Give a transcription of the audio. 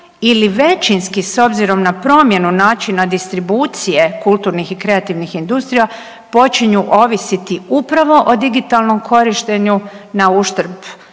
ili većinski s obzirom na promjenu načina distribucije kulturnih i kreativnih industrija, počinju ovisiti upravo o digitalnom korištenju nauštrb